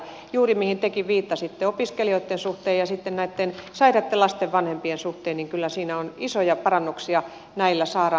juuri siinä mihin tekin viittasitte opiskelijoitten suhteen ja sitten näitten sairaitten lasten vanhempien suhteen kyllä isoja parannuksia näillä saadaan